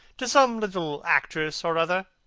to some little actress or other.